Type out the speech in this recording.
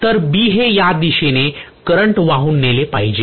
तर B ने ह्या दिशेने करंट वाहून नेले पाहिजे